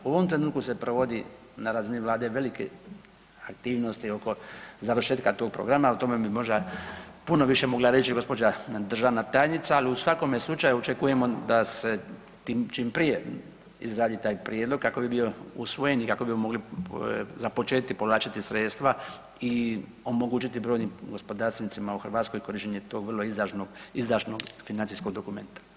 U ovom trenutku se provodi na razini Vlade velike aktivnosti oko završetka tog programa, o tome bi možda puno više mogla reći gđa. državna tajnica, ali u svakome slučaju očekujemo da se tim čim prije izradi taj prijedlog kako bi bio usvojen i kak bi mogli započeti povlačiti sredstva i omogućiti brojnim gospodarstvenicima u Hrvatskoj korištenje tog vrlo izdašnog financijskog dokumenta.